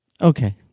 Okay